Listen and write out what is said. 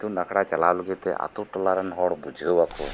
ᱤᱛᱩᱱ ᱟᱠᱷᱲᱟ ᱪᱟᱞᱟᱣ ᱞᱟᱹᱜᱤᱫ ᱛᱮ ᱟᱛᱩ ᱴᱚᱞᱟᱨᱮᱱ ᱦᱚᱲ ᱵᱩᱡᱷᱟᱹᱣᱟᱠᱩ